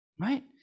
right